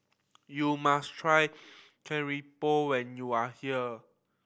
you must try keropok when you are here